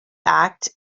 act